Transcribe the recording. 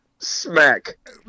Smack